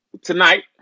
tonight